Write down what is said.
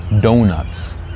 donuts